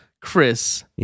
Chris